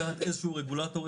לקחת איזשהו רגולטור,